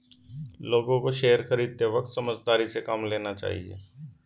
लोगों को शेयर खरीदते वक्त समझदारी से काम लेना चाहिए